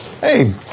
Hey